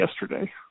yesterday